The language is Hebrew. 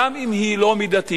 גם אם היא לא מידתית,